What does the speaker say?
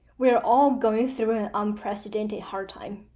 we are all going through an unprecedented hard time,